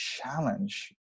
challenge